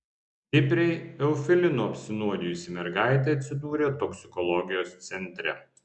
stipriai eufilinu apsinuodijusi mergaitė atsidūrė toksikologijos centre